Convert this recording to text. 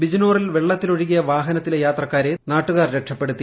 ബിജ്നോറിൽ വെള്ളത്തിലൊഴുകിയ വാഹനത്തിലെ യാത്രക്കാരെ നാട്ടുകാർ രക്ഷപ്പെടു്തി